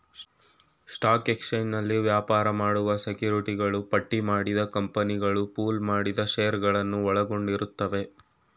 stock ಎಕ್ಸ್ಚೇಂಜ್ನಲ್ಲಿ ವ್ಯಾಪಾರ ಮಾಡುವ ಸೆಕ್ಯುರಿಟಿಗಳು ಪಟ್ಟಿಮಾಡಿದ ಕಂಪನಿಗಳು ಪೂಲ್ ಮಾಡಿದ ಶೇರುಗಳನ್ನ ಒಳಗೊಂಡಿರುತ್ತವೆ